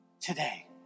today